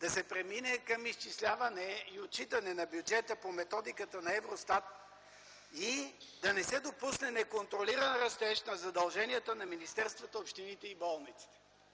да се премине към изчисляване и отчитане на бюджета по методиката на Евростат, и да не се допусне неконтролиран растеж на задълженията на министерствата, общините и болниците.